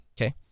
okay